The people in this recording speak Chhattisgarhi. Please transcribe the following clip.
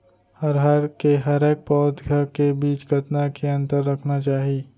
अरहर के हरेक पौधा के बीच कतना के अंतर रखना चाही?